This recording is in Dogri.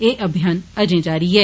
एह् अभियान अजें जारी ऐ